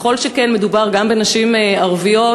כל שכן כשמדובר בנשים ערביות,